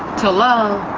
to love?